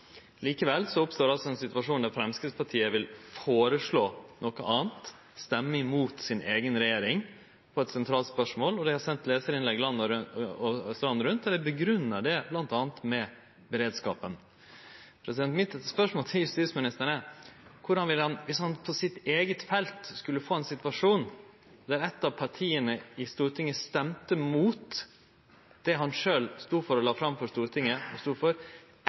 Likevel oppstår altså ein situasjon der Framstegspartiet vil føreslå noko anna og stemme mot si eiga regjering i eit sentralt spørsmål, og dei har sendt lesarinnlegg land og strand rundt, der dei grunngjev det m.a. med beredskapen. Spørsmålet mitt til justisministeren er: Dersom han på sitt eige felt skulle få ein situasjon der eitt av partia i Stortinget stemte mot det han sjølv stod for og la fram for Stortinget, etter å ha fått dokumentert at det han sjølv seier, er riktig og